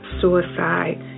suicide